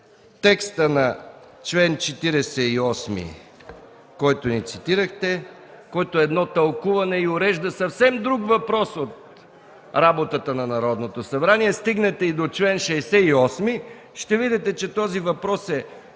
текста на чл. 48, който ни цитирахте, който е едно тълкуване и урежда съвсем друг въпрос от работата на Народното събрание, стигнете и до чл. 68, ще видите, че този въпрос е